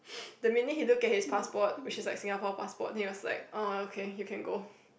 the minute he look at his passport which is like Singapore passport then he was like oh okay you can go